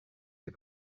ces